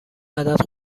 عدد